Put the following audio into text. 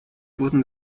wurden